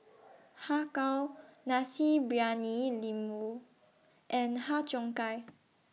Har Kow Nasi Briyani Lembu and Har Cheong Gai